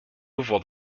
while